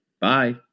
Bye